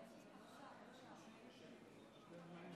תודה.